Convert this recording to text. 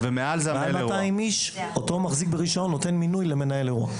ומעל 200 איש אותו מחזיק ברישיון נותן מינוי למנהל אירוע.